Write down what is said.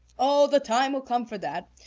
oh, the time will come for that.